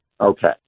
Okay